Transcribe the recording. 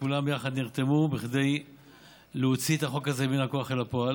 שכולם יחד נתרמו כדי להוציא את החוק הזה מן הכוח אל הפועל.